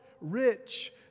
rich